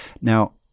Now